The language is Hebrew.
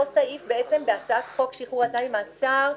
סעיף גם בהצעת חוק שחרור על תנאי ממאסר,